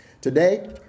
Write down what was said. Today